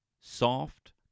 soft